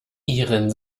ihren